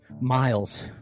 miles